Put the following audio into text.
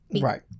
right